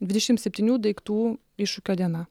dvidešimt septynių daiktų iššūkio diena